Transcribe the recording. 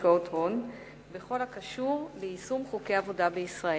השקעות הון בכל הקשור ליישום חוקי העבודה בישראל.